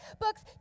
books